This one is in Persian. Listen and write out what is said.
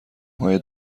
های